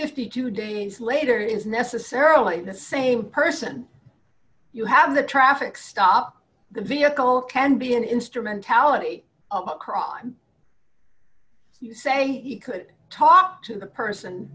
fifty two days later is necessarily the same person you have the traffic stop the vehicle can be an instrumentality cross you say he could talk to the person